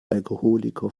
alkoholiker